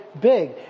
big